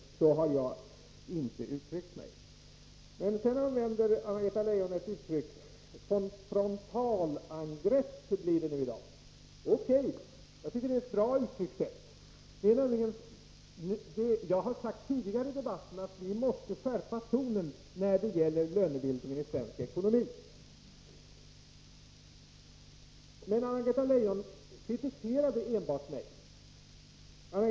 Så har jag inte uttryckt mig. Anna-Greta Leijon använde emellertid uttrycket frontalangrepp. O.K., jag tycker att det är ett bra uttryck. Jag har sagt tidigare i debatten att vi måste skärpa tonen när det gäller lönebildningen i svensk ekonomi. Anna-Greta Leijon enbart kritiserade mig.